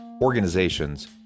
organizations